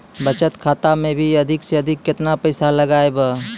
बचत खाता मे अधिक से अधिक केतना पैसा लगाय ब?